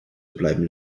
bleiben